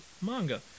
manga